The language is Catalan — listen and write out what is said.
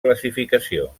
classificació